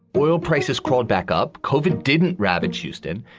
oil prices crawled back up. cauvin didn't ravage houston.